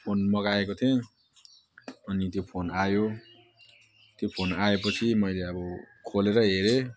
phone मगाएको थिएँ अनि त्यो फोन आयो त्यो फोन आएपछि मैले अब खोलेर हेरेँ